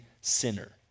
sinner